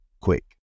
quick